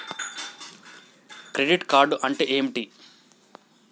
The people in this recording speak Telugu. క్రెడిట్ కార్డ్ అంటే ఏమిటి?